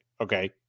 Okay